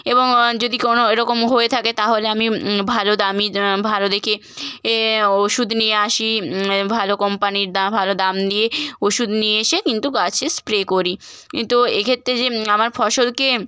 এবং যদি কোনও এরকম হয়ে থাকে তাহলে আমি ভালো দামি ভালো দেখে এ ওষুধ নিয়ে আসি ভালো কোম্পানির দা ভালো দাম দিয়ে ওষুধ নিয়ে এসে কিন্তু গাছে স্প্রে করি কিন্তু এক্ষেত্রে যে আমার ফসলকে